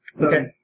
Okay